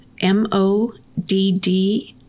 m-o-d-d